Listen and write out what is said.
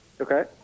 Okay